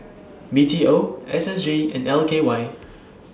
B T O S S G and L K Y